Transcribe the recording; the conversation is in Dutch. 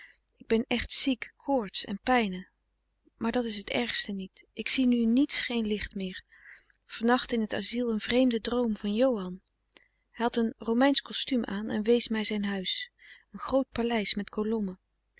ik ben echt ziek koorts en pijnen maar dat is t ergste niet ik zie nu niets geen licht meer van nacht in t asyl een vreemde droom van johan hij had een romeinsch kostuum aan en wees mij zijn huis een groot paleis met kolommen